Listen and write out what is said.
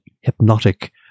hypnotic